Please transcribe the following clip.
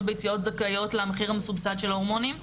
ביציות זכאיות למחיר המסובסד של ההורמונים?